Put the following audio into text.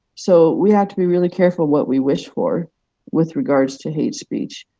so we have to be really careful what we wish for with regards to hate speech.